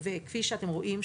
כפי שאתם רואים,